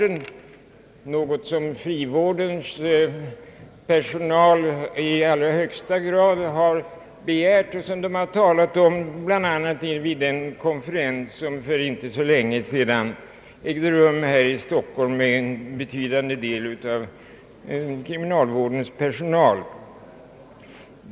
Denna förstärkning är något som frivårdens personal i allra högsta grad har begärt. Krav därpå framfördes bl.a. vid den konferens som ägde rum här i Stockholm för inte så länge sedan med ett stort deltagande av kriminalvårdspersonal.